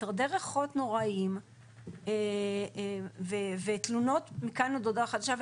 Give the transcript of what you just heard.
מטרדי ריחות נוראיים ותלונות מכאן עד להודעה חדשה,